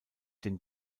den